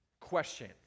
question